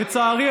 לצערי,